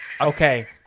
okay